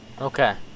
Okay